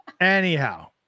anyhow